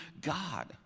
God